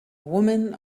woman